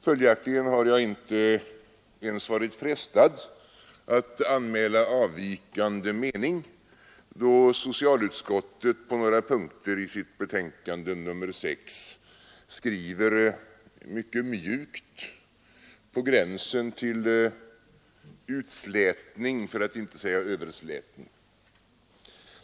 Följaktligen har jag inte ens varit frestad att anmäla avvikande mening då socialutskottet på några punkter i sitt betänkande nr 6 använder en skrivning som är mjuk på gränsen till utslätning, för att inte säga överslätning.